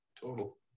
total